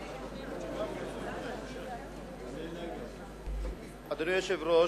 אדוני היושב-ראש,